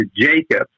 jacob